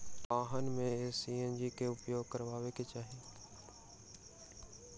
वाहन में सी.एन.जी के उपयोग करबाक चाही